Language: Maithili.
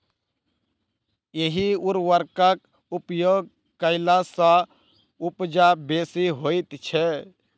एहि उर्वरकक उपयोग कयला सॅ उपजा बेसी होइत छै